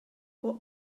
what